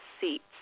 seats